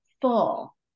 full